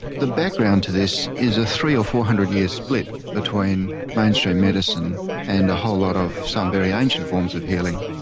the background to this is a three hundred or four hundred year split between mainstream medicine and a whole lot of some very ancient forms of healing.